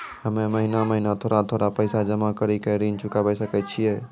हम्मे महीना महीना थोड़ा थोड़ा पैसा जमा कड़ी के ऋण चुकाबै सकय छियै?